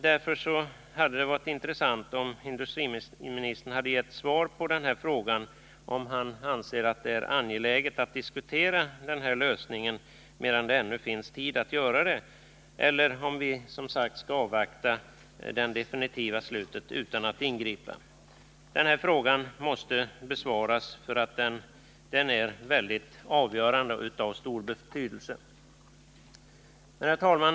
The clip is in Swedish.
Därför hade det varit intressant, om industriministern hade gett svar på frågan om han anser att det är angeläget att diskutera den här lösningen medan det ännu finns tid att göra det, eller om vi, som sagt, skall avvakta det definitiva slutet utan att ingripa. Denna fråga måste besvaras, eftersom den är av mycket stor betydelse. Herr talman!